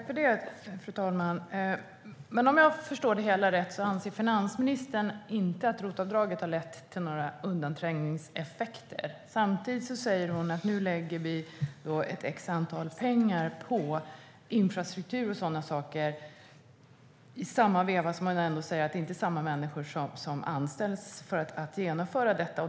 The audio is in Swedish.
Fru talman! Om jag förstår det hela rätt anser finansministern inte att ROT-avdraget har lett till några undanträngningseffekter. Men samtidigt som hon säger att regeringen nu lägger ett antal pengar på infrastruktur med mera säger hon att det inte är samma människor som anställs för att genomföra det.